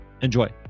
Enjoy